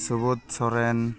Subodh Soren